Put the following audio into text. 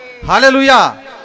Hallelujah